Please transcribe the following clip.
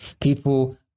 People